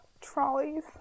trolleys